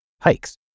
hikes